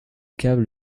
câbles